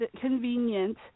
convenient